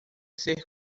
ser